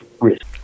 risk